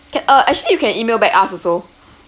can uh actually you can email back us also